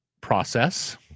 process